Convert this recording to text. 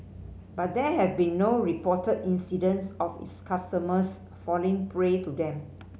but there have been no reported incidents of its customers falling prey to them